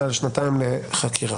אבל הם אמורים לדווח למרשם.